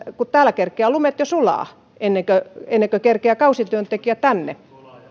kun täällä kerkiävät lumet jo sulaa ennen kuin kerkiää kausityöntekijä tänne